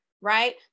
right